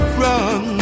run